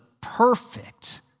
perfect